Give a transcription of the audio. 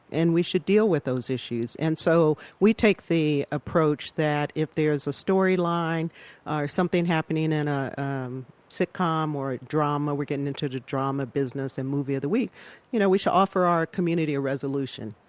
and we should deal with those issues. and so we take the approach that if there's a storyline or something happening in a sitcom or drama we're getting into the drama business and movie of the week you know, we should offer our community a resolution.